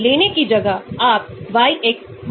तो आपके पास यहां होने वाली रेजोनेंस नहीं है